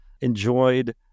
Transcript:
enjoyed